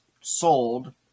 sold